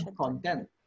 content